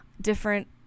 different